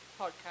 podcast